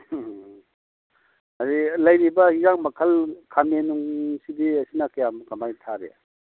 ꯎꯝ ꯂꯩꯔꯤꯕ ꯌꯦꯟꯁꯥꯡ ꯃꯈꯜ ꯈꯥꯃꯦꯟ ꯅꯨꯡꯁꯤꯗꯤ ꯁꯤꯅ ꯀ꯭ꯌꯥꯝ ꯀꯃꯥꯏ ꯊꯥꯔꯤ